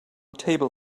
table